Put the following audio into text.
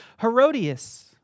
Herodias